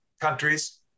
countries